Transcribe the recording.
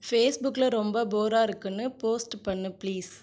ஃபேஸ்புக்கில் ரொம்ப போராக இருக்குன்னு போஸ்ட்டு பண்ணு பிளீஸ்